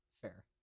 Fair